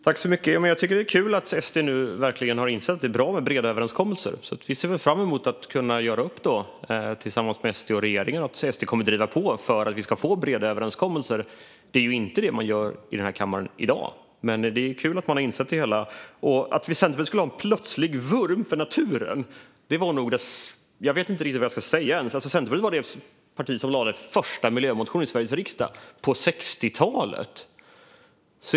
Fru talman! Jag tycker att det är kul att SD nu verkligen har insett att det är bra med breda överenskommelser, så vi ser väl fram emot att kunna göra upp tillsammans med SD och regeringen och att SD kommer att driva på för breda överenskommelser. Det är inte det man gör i den här kammaren i dag, men det är kul att man har kommit till insikt. Jag vet inte riktigt vad jag ska säga om att Centerpartiet skulle ha en plötslig vurm för naturen. Centerpartiet var ju det parti som lade den första miljömotionen i Sveriges riksdag - redan på 60talet!